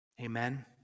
Amen